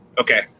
Okay